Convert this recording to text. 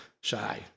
shy